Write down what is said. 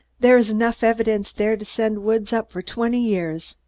there is enough evidence there to send woods up for twenty years.